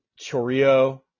Chorio